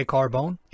Carbone